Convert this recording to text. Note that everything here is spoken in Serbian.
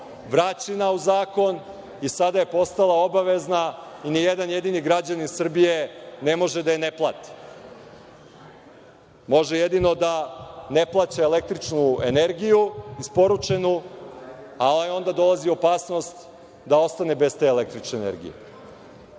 vraćena u zakon i sada je postala obavezna. Ni jedan jedini građanin Srbije ne može da je ne plati. Može jedino da ne plaća električnu energiju, isporučenu, ali onda dolazi u opasnost da ostane bez te električne energije.